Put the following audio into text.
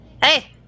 hey